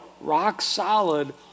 rock-solid